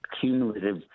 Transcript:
cumulative